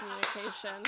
communication